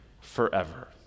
forever